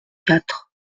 quatre